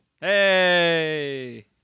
Hey